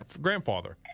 grandfather